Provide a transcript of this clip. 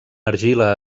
argila